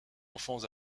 enfants